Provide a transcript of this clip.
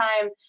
time